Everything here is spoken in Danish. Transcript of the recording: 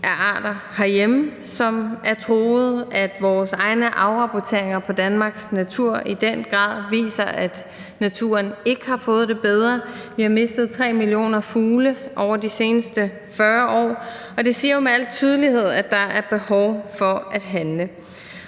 af arter herhjemme, som er truede; at vores egne afrapporteringer om Danmarks natur i den grad viser, at naturen ikke har fået det bedre; at vi har mistet 3 millioner fugle over de seneste 40 år, siger jo med al tydelighed, at der er behov for at handle.